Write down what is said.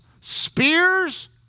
spears